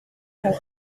help